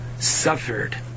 suffered